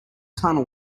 tunnel